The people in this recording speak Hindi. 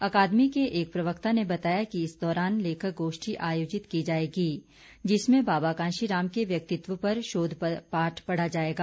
अकादमी के एक प्रवक्ता ने बताया कि इस दौरान लेखक गोष्ठी आयोजित की जाएगी जिसमें बाबा कार्शीराम के व्यक्तिव पर शोध पाठ पढ़ा जाएगा